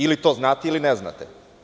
Ili to znate ili ne znate.